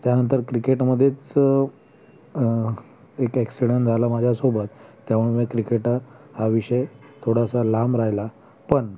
त्यानंतर क्रिकेटमध्येच एक ॲक्सिडन झाला माझ्यासोबत त्यामुळे क्रिकेटर हा विषय थोडासा लांब राहिला पण